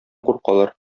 куркалар